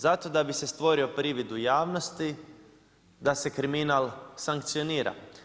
Zato da bi se stvorio privid u javnosti da se kriminal sankcionira.